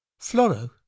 Floro